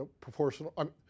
proportional